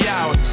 out